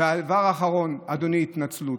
והדבר האחרון, אדוני, התנצלות.